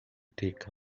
take